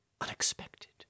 unexpected